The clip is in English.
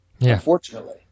unfortunately